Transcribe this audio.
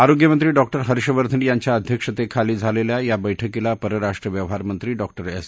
आरोग्यमंत्री डॉक्टर हर्षवर्धन यांच्या अध्यक्षतेखाली झालेल्या या बैठकीला परराष्ट्र व्यवहारमंत्री डॉक्टर एस